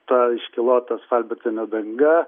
ta iškylota asfaltbetonio danga